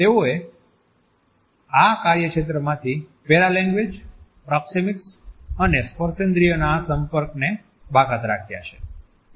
તેઓએ આ કાર્યક્ષેત્ર માંથી પેરા લેંગ્વેજ પ્રોક્સિમીક્સ અને સ્પર્શેન્દ્રિયના સંપર્કને બાકાત રાખ્યા છે